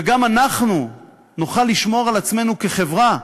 וגם אנחנו נוכל לשמור על עצמנו כחברה.